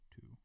two